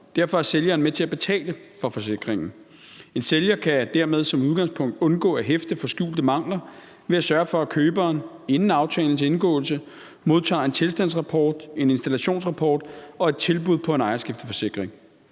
Derfor er sælgeren med til at betale for forsikringen. En sælger kan dermed som udgangspunkt undgå at hæfte for skjulte mangler ved at sørge for, at køberen inden aftalens indgåelse modtager en tilstandsrapport, en elinstallationssrapport og et tilbud på en ejerskifteforsikring.